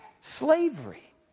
Slavery